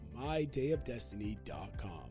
mydayofdestiny.com